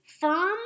firm